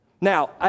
Now